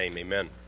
Amen